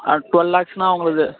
அது ட்வெல் லேக்ஸ்னால் அவங்கள்து